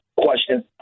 questions